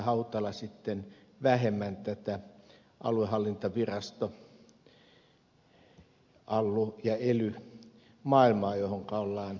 hautala sitten vähemmän tätä aluehallintovirasto allu ja ely maailmaa johonka ollaan menossa